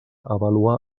avaluar